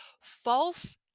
False